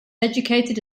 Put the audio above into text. educated